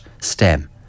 stem